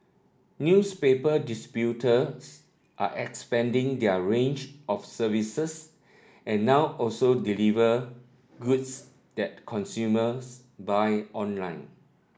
newspaper are expanding their range of services and now also deliver goods that consumers buy online